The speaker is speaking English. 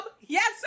yes